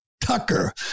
Tucker